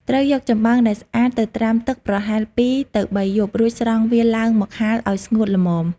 ត្រូវយកចំបើងដែលស្អាតទៅត្រាំទឹកប្រហែល ២ ទៅ ៣ យប់ រួចស្រង់វាឡើងមកហាលឲ្យស្ងួតល្មម។